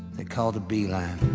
they call the b-line